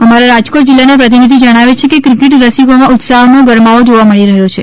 અમારા રાજકોટ જિલ્લાના પ્રતિનિધિ જણાવે છે કે ક્રિકેટ રસિકોમાં ઉત્સાફનો ગરમાવો જોવા મળી રહ્યો છે